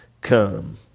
come